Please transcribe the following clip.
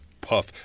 puff